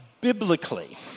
biblically